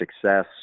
success